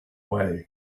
way